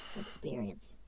experience